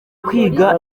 kwiga